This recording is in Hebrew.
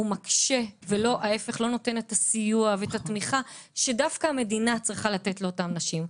מקשה ולא נותן את הסיוע ואת התמיכה שדווקא המדינה צריכה לתת לאותן נשים.